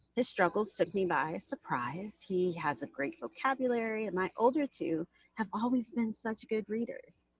this struggle took me by surprise. he has a great vocabulary, and my older two have always been such good readers.